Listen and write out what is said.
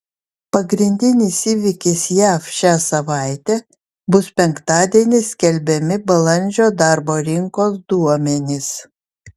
pagrindinis įvykis jav šią savaitę bus penktadienį skelbiami balandžio darbo rinkos duomenys